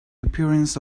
appearance